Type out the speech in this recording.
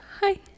hi